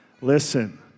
Listen